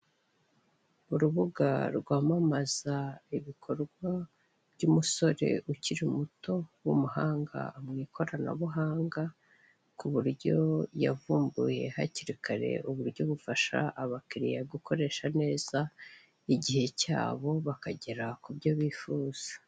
Urubuga rwamamaza ibikorwa by'umusore ukiri muto w'umuhanga mu ikoranabuhanga kuburyo yavumbuye hakiri kare uburyo bufasha abakiriya gukoresha neza igihe cyabo bakagera kubyo bifuza.